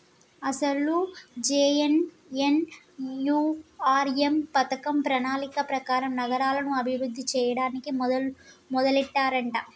అసలు జె.ఎన్.ఎన్.యు.ఆర్.ఎం పథకం ప్రణాళిక ప్రకారం నగరాలను అభివృద్ధి చేయడానికి మొదలెట్టారంట